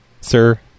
sir